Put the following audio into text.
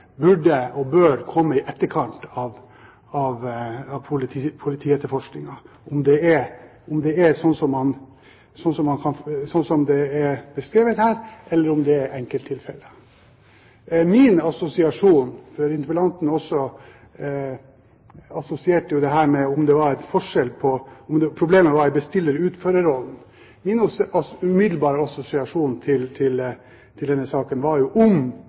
burde, eller bør, en debatt om hvorvidt systemene fungerer eller ikke, komme i etterkant av politietterforskingen – om det er sånn som det er beskrevet her, eller om det er enkelttilfeller. Interpellanten reflekterte over hvorvidt problemet var bestiller- eller utførerrollen. Min umiddelbare assosiasjon til denne saken var om